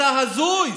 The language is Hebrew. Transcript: אתה הזוי,